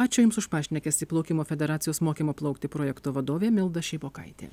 ačiū jums už pašnekesį plaukimo federacijos mokymo plaukti projekto vadovė milda šeibokaitė